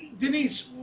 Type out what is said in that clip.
Denise